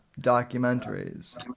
documentaries